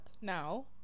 now